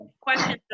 questions